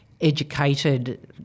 educated